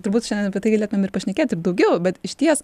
turbūt šiandien apie tai galėtumėm ir pašnekėt ir daugiau bet išties